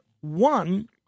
One